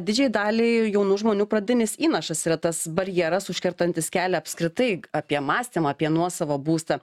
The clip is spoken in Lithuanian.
didžiajai daliai jaunų žmonių pradinis įnašas yra tas barjeras užkertantis kelią apskritai apie mąstymą apie nuosavą būstą